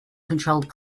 controlled